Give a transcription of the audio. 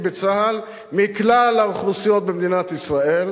בצה"ל מכלל האוכלוסיות במדינת ישראל,